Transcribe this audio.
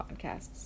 podcasts